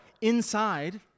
inside